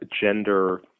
gender